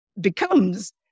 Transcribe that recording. becomes